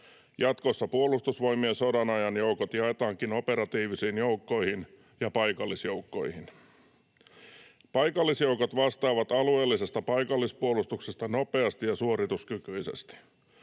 Jatkossa Puolustusvoimien sodanajan joukot jaetaankin operatiivisiin joukkoihin ja paikallisjoukkoihin. Paikallisjoukot vastaavat alueellisesta paikallispuolustuksesta nopeasti ja suorituskykyisesti.